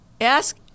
Ask